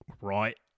Right